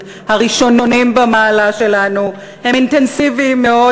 הראשונים במעלה שלנו הם אינטנסיביים מאוד,